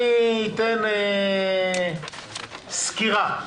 אתן סקירה.